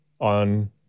on